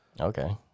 Okay